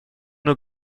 nos